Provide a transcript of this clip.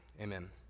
Amen